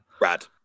Rad